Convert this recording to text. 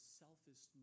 selfish